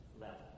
level